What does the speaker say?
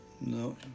No